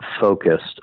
focused